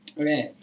Okay